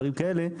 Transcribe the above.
ודברים כאלה,